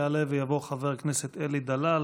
יעלה ויבוא חבר הכנסת אלי דלל,